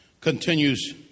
continues